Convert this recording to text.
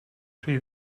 rhy